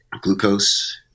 glucose